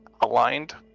aligned